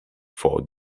four